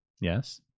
yes